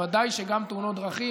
בוודאי שגם תאונות דרכים.